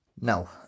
Now